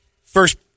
First